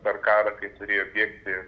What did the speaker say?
per karą kai turėjo bėgti